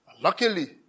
Luckily